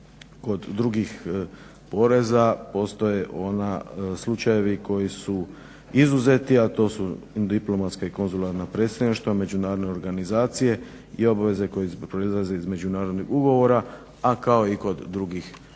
kod drugih poreza postoje ona slučajevi koji su izuzeti a to su diplomatska i konzularna predstavništva, međunarodne organizacije i obaveze koje proizlaze iz međunarodnih ugovora, a kao i kod drugih poreznih